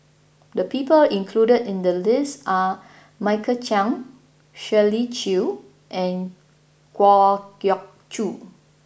the people included in the list are Michael Chiang Shirley Chew and Kwa Geok Choo